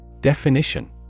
Definition